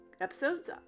episodes